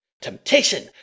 Temptation